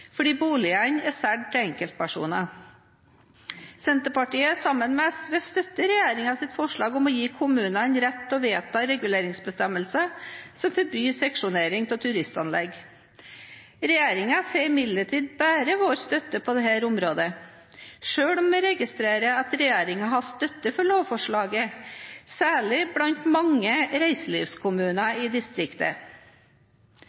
fordi boligene er solgt til enkeltpersoner. Senterpartiet, sammen med SV, støtter regjeringens forslag om å gi kommunene rett til å vedta reguleringsbestemmelser som forbyr seksjonering av turistanlegg. Regjeringen får imidlertid bare vår støtte på dette området, selv om vi registrerer at regjeringen har støtte for lovforslaget, særlig blant mange reiselivskommuner